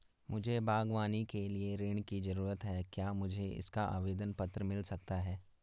मुझे बागवानी के लिए ऋण की ज़रूरत है क्या मुझे इसका आवेदन पत्र मिल सकता है?